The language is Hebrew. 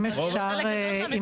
רוב המפרטים קיימים.